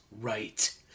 right